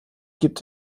gibt